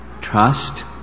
trust